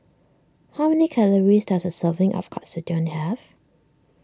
how many calories does a serving of Katsudon have